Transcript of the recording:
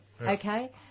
okay